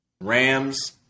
Rams